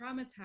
traumatized